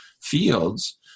fields